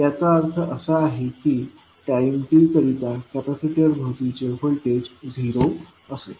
याचा अर्थ असा आहे की टाईम t करिता कॅपॅसिटर भवतीचे व्होल्टेज 0 असेल